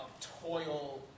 toil